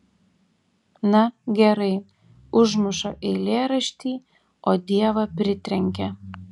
na gerai užmuša eilėraštį o dievą pritrenkia